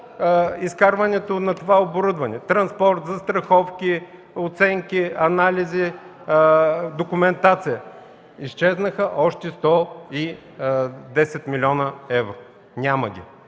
изкарването на това оборудване – транспорт, застраховки, оценки, анализи, документация. Изчезнаха още 110 млн. евро. Няма ги!